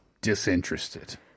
disinterested